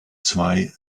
zwei